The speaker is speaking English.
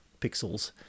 pixels